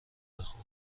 خوب